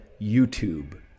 YouTube